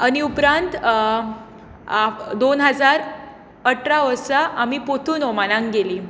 आनी उपरांत दोन हजार अठरा वर्सां आमी परतून ओमानाक गेली